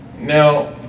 Now